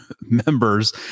members